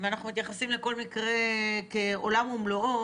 ואנחנו מתייחסים לכל מקרה כעולם ומלואו,